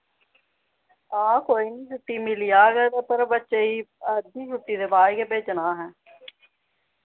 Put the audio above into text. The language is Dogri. हां कोई निं छुट्टी मिली जाग पर बच्चे गी अद्धी छुट्टी दे बाद गै भेजना असें